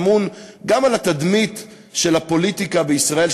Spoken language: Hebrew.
אמון גם על התדמית של הפוליטיקה בישראל,